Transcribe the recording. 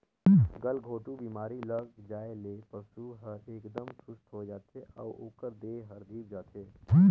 गलघोंटू बेमारी लग जाये ले पसु हर एकदम सुस्त होय जाथे अउ ओकर देह हर धीप जाथे